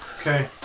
Okay